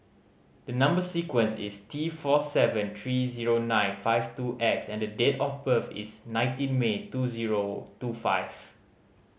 the number sequence is T four seven three zero nine five two X and the date of birth is nineteen May two zero two five